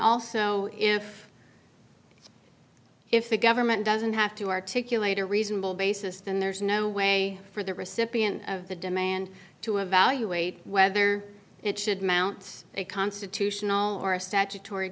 also if if the government doesn't have to articulate a reasonable basis then there's no way for the recipient of the demand to evaluate whether it should mount a constitutional or a statutory